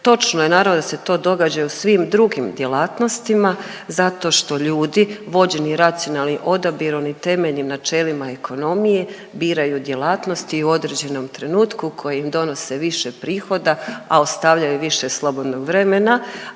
točno je, naravno, da se to događa i u svim drugim djelatnostima zato što ljudi, vođeni racionalnim odabirom i temeljnim načelima ekonomije biraju djelatnosti u određenom trenutku koje im donose više prihoda, a ostavljaju više slobodnog vremena,